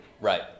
right